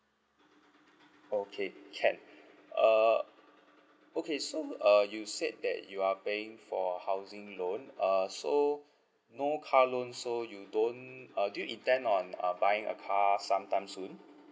okay can uh okay so uh you said that you are paying for housing loan uh so no car loan so you don't uh do you intend on uh buying a car sometime soon